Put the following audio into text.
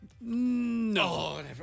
No